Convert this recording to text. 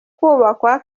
kubakwa